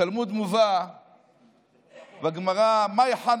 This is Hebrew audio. בתלמוד מובא, בגמרא: מהי חנוכה.